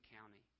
county